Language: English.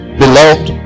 beloved